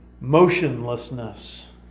motionlessness